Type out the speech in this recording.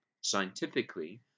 scientifically